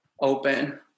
open